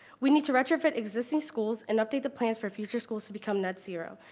we need to retrofit existing schools and update the plans for future schools to become net zero,